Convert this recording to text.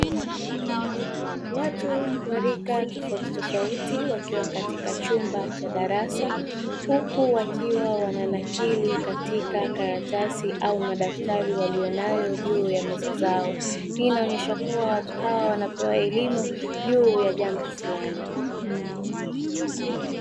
Watu wa rika tofautitofuti wakiwa katika chumba cha darasa, huku wakiwa wananakili katika karatasi au madaftari waliyonayo juu ya meza zao. Hii inaonyesha kuwa watu hawa wanapewa elimu juu ya jambo flani.